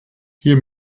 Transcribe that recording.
hier